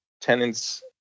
tenants